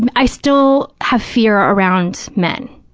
and i still have fear around men.